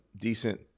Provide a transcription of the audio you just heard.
decent